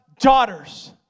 daughters